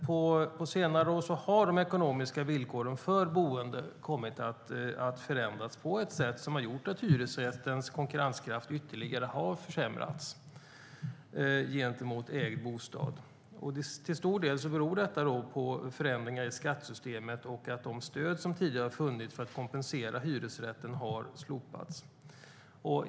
På senare år har de ekonomiska villkoren för boende kommit att förändras på ett sådant sätt att hyresrättens konkurrenskraft ytterligare har försämrats gentemot ägd bostad. Till stor del beror detta på förändringar i skattesystemet och att de stöd som tidigare har funnits för att kompensera hyresrätten har slopats.